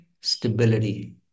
stability